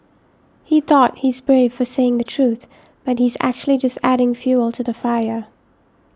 he thought he's brave for saying the truth but he's actually just adding fuel to the fire